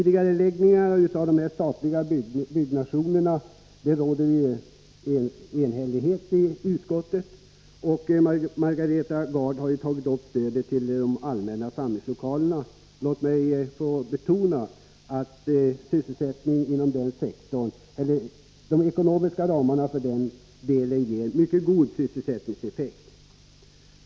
Det råder enighet i utskottet om tidigareläggandet av den statliga byggnationen, och Margareta Gard har behandlat stödet till de allmänna samlingslokalerna. Låt mig betona att de ekonomiska ramarna för den delen ger mycket god sysselsättningseffekt.